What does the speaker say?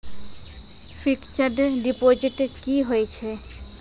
Fixed deposit की होय छै?